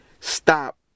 stop